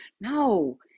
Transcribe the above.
No